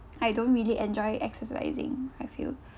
I don't really enjoy exercising I feel